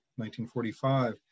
1945